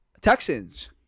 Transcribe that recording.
Texans